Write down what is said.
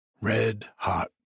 red-hot